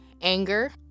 Anger